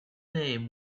name